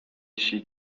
she